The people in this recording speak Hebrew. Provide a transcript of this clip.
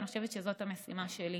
ואני חושבת שזאת המשימה שלי,